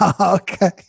Okay